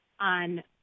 on